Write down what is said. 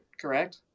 correct